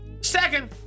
Second